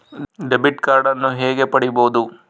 Debit ಕಾರ್ಡನ್ನು ಹೇಗೆ ಪಡಿಬೋದು?